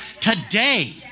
today